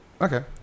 Okay